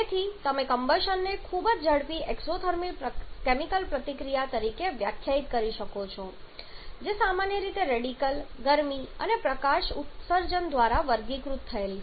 તેથી તમે કમ્બશનને ખૂબ જ ઝડપી એક્સોથેર્મિક કેમિકલ પ્રતિક્રિયા તરીકે વ્યાખ્યાયિત કરી શકો છો જે સામાન્ય રીતે રેડિકલ ગરમી અને પ્રકાશના ઉત્સર્જન દ્વારા વર્ગીકૃત થયેલ છે